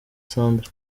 sandra